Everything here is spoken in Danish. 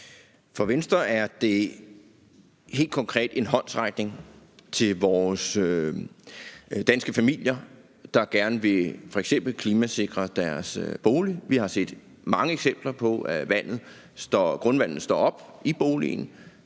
For Venstre er det helt konkret en håndsrækning til vores danske familier, der f.eks. gerne vil klimasikre deres bolig. Vi har set mange eksempler på, at grundvandet stiger op i boligen.